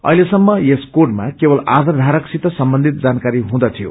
अहिलेसम्म यस कोडमा केवल आधार धारकसित सम्बन्धित जानकारी हुँदथ्यो